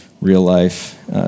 real-life